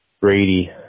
Brady